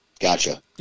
Gotcha